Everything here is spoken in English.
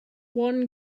one